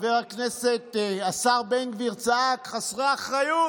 חבר הכנסת השר בן גביר צעק: חסרי אחריות,